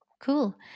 cool